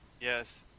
Yes